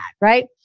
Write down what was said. Right